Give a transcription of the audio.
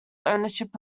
ownership